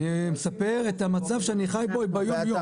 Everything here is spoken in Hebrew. אני מספר את המצב שאני חי אותו ביום יום.